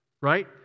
right